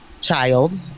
child